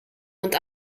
und